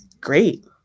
great